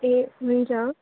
ए हुन्छ